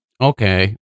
Okay